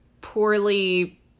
poorly